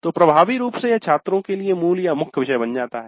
तो प्रभावी रूप से यह छात्रों के लिए मूलमुख्य विषय बन जाता है